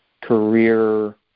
career